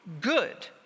good